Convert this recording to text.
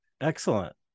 excellent